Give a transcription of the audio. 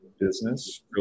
business